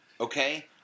Okay